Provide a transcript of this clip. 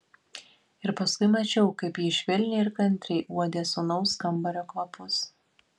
ir paskui mačiau kaip ji švelniai ir kantriai uodė sūnaus kambario kvapus